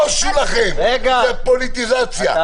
בושו לכם, זו פוליטיזציה.